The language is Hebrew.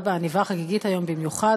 בא בעניבה חגיגית היום במיוחד,